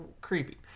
creepy